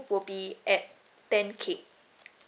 would be at ten K